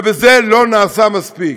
ובזה לא נעשה מספיק.